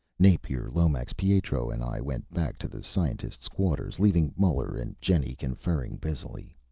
napier, lomax, pietro and i went back to the scientists' quarters, leaving muller and jenny conferring busily.